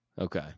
Okay